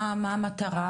מה המטרה,